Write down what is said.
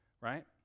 right